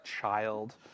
child